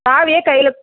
சாவியை கையில்